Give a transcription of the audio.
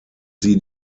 sie